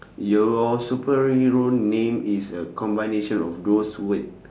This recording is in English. your superhero name is a combination of those word